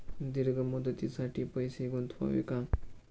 दीर्घ मुदतीसाठी पैसे गुंतवावे का?